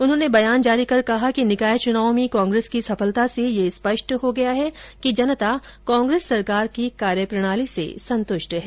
उन्होंने बयान जारी कर कहा कि निकाय चुनाव में कांग्रेस की सफलता से यह स्पष्ट हो गया है कि जनता कांग्रेस सरकार की कार्यप्रणाली से संतुष्ट है